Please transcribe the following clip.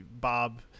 Bob